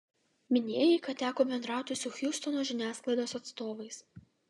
minėjai kad teko bendrauti su hjustono žiniasklaidos atstovais